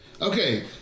okay